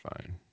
fine